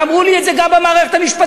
ואמרו לי את זה גם במערכת המשפטית,